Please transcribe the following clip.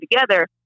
together